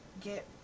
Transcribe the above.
get